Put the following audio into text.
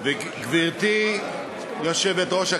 גברתי היושבת-ראש,